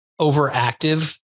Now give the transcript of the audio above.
overactive